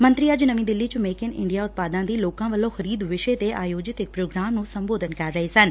ਮੰਤਰੀ ਅੱਜ ਨਵੀਂ ਦਿੱਲੀ ਚ ਮੇਨ ਇਨ ਇੰਡੀਆ ਉਤਪਾਦਾਂ ਦੀ ਲੋਕਾਂ ਵੱਲੋਂ ਖਰੀਦ ਵਿਸ਼ੇ ਤੇ ਆਯੋਜਿਤ ਇਕ ਪ੍ਰੋਗਰਾਮ ਨੂੰ ਸੰਬੋਧਨ ਕਰ ਰਹੇ ਸਨ